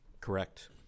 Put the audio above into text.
Correct